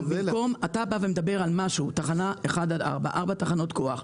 אתה מדבר על תחנות 1 עד 4, ארבע תחנות כוח.